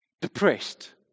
depressed